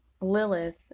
Lilith